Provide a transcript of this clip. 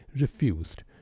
refused